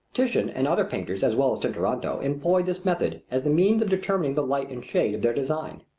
titian and other painters as well as tintoretto employed this method as the means of determining the light and shade of their design.